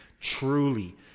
truly